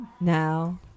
Now